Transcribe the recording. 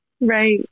right